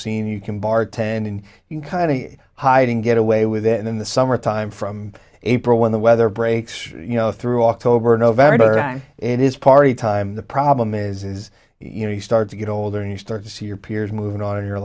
scene you can bartending you kind of hiding get away with it in the summertime from april when the weather breaks you know through october november and it is party time the problem is is you know you start to get older and you start to see your peers moving on in your